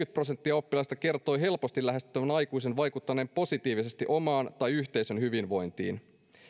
prosenttia oppilaista kertoi helposti lähestyttävän aikuisen vaikuttaneen positiivisesti omaan tai yhteisön hyvinvointiin